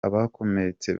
abakomeretse